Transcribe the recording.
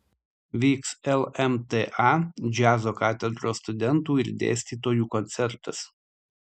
vyks lmta džiazo katedros studentų ir dėstytojų koncertas